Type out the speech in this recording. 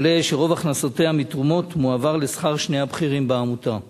עולה שרוב הכנסותיה מתרומות מועבר לשכר שני הבכירים בעמותה.